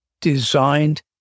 designed